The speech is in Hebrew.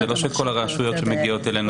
זה לא שכל הרשויות שמגיעות אלינו,